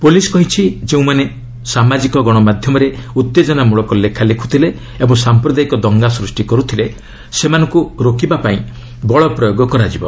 police କହିଛି ଯେଉଁମାନେ ସାମାଜିକ ଗଣମାଧ୍ୟମରେ ଉତ୍ତେଜନାମୂଳକ ଲେଖା ଲେଖୁଥିଲେ ଓ ସାଂପ୍ରଦାୟିକ ଦଙ୍ଗା ସୃଷ୍ଟି କରୁଥିଲେ ସେମାନଙ୍କୁ ରୋକିବା ପାଇଁ ବଳ ପ୍ରୟୋଗ କରାଯିବ